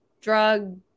drug